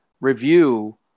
review